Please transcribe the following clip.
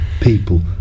people